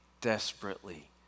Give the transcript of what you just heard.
desperately